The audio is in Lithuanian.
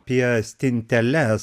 pie stinteles